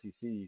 SEC